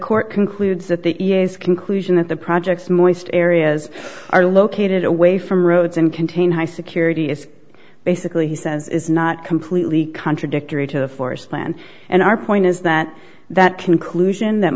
court concludes that the conclusion that the project's moist areas are located away from roads in contain high security is basically he says is not completely contradictory to the forest plan and our point is that that conclusion that